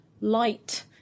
light